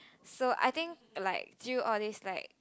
so I think like through all these like